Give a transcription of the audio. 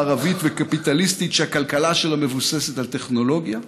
מערבית וקפיטליסטית שהכלכלה שלה מבוססת על טכנולוגיה,